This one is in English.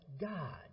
God